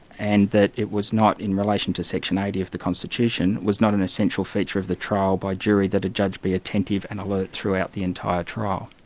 and that it was not in relation to section eighty of the constitution, it was not an essential feature of the trial by jury that a judge be attentive and alert throughout the entire trial.